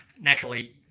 naturally